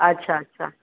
अच्छा अच्छा